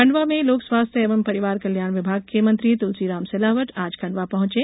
खण्डवा में लोक स्वास्थ्य एवं परिवार कल्याण विभाग के मंत्री तुलसीराम सिलावट आज खण्डवा पहुँचे